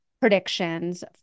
predictions